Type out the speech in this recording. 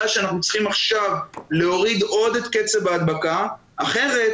שאנחנו צריכים עכשיו להוריד עוד את קצב ההדבקה אחרת,